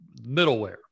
middleware